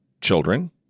children